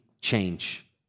Change